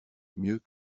mieux